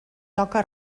toca